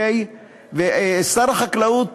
שר החקלאות